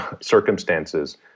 circumstances